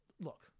look